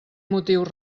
motius